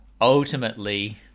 ultimately